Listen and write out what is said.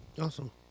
Awesome